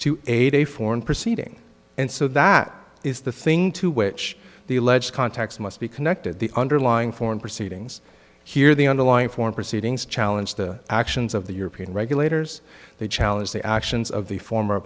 aid a foreign proceeding and so that is the thing to which the alleged contacts must be connected the underlying foreign proceedings here the underlying foreign proceedings challenge the actions of the european regulators they challenge the actions of the former